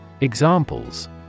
Examples